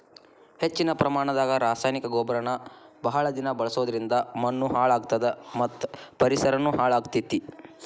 ಹೆಚ್ಚಿನ ಪ್ರಮಾಣದಾಗ ರಾಸಾಯನಿಕ ಗೊಬ್ಬರನ ಬಹಳ ದಿನ ಬಳಸೋದರಿಂದ ಮಣ್ಣೂ ಹಾಳ್ ಆಗ್ತದ ಮತ್ತ ಪರಿಸರನು ಹಾಳ್ ಆಗ್ತೇತಿ